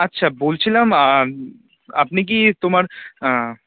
আচ্ছা বলছিলাম আপনি কি তোমার